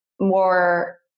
more